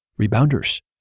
rebounders